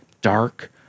dark